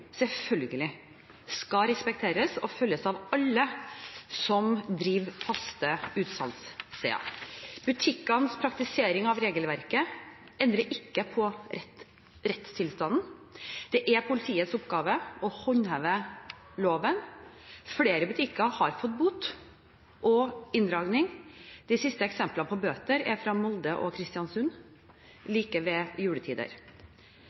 selvfølgelig skal respekteres og følges av alle som driver faste utsalgssteder. Butikkenes praktisering av regelverket endrer ikke på rettstilstanden. Det er politiets oppgave å håndheve loven. Flere butikker har fått bot og inndragning. De siste eksemplene på bøter er fra Molde og Kristiansund ved juletider.